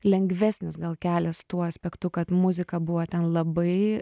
lengvesnis gal kelias tuo aspektu kad muzika buvo ten labai